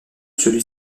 celui